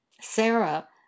Sarah